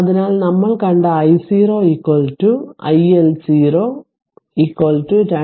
അതിനാൽ നമ്മൾ കണ്ട I0 i L 0 2 ampere τ L R